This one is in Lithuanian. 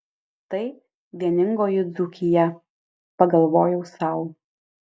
tai vieningoji dzūkija pagalvojau sau